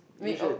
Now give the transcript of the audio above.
I mean oh